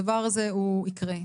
הדבר הזה הוא יקרה,